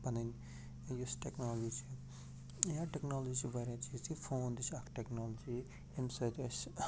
پَنٕنۍ یُس ٹیکنالجی چھِ یا ٹیکنالجی چھِ واریاہ کہ فون تہِ چھِ اَکھ ٹیکنالجی ییٚمہِ سۭتۍ اَسہِ